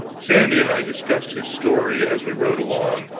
sandy and i discussed his story, as we rode along,